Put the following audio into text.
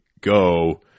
go